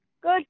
Good